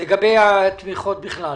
התמיכות בכלל?